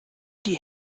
die